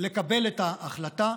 לקבל את ההחלטה.